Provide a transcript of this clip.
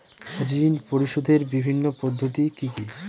ঋণ পরিশোধের বিভিন্ন পদ্ধতি কি কি?